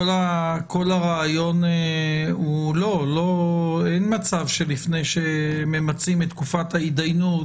כל הרעיון הוא אין מצב שלפני שממצים את תקופת ההתדיינות,